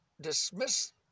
dismiss